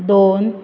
दोन